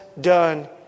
done